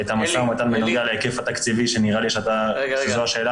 את המשא ומתן על ההיקף התקציבי שנראה לי שזו השאלה